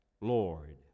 Lord